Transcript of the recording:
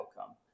outcome